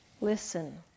listen